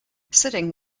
sitting